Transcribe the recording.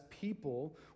people